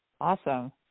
Awesome